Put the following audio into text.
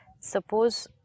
Suppose